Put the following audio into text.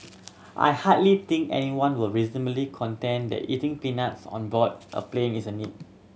I hardly think anyone would reasonably contend that eating peanuts on board a plane is a need